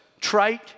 trite